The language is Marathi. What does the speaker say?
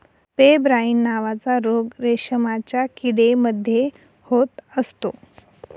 पेब्राइन नावाचा रोग रेशमाच्या किडे मध्ये होत असतो